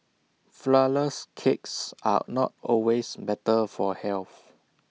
Flourless Cakes are not always better for health